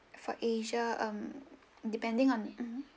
for asia um depending on hmm